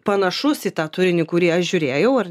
panašus į tą turinį kurį aš žiūrėjau ar